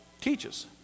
teaches